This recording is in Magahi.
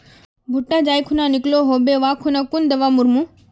भुट्टा जाई खुना निकलो होबे वा खुना कुन दावा मार्मु?